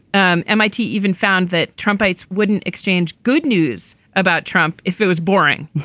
um m i t. even found that trump ites wouldn't exchange good news about trump if it was boring.